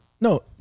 No